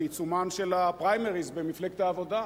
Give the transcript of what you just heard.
בעיצומם של הפריימריס במפלגת העבודה.